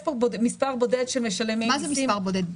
פה מספר בודד שמשלם מיסים --- מה זה מספר בודד?